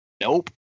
Nope